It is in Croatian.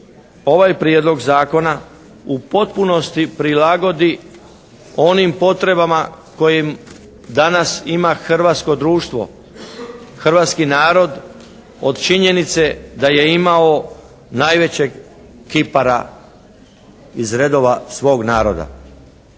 ovaj prijedlog zakona u potpunosti prilagodi onim potrebama kojim danas ima hrvatsko društvo, hrvatski narod. Od činjenice da je imao najvećeg kipara iz redova svog naroda.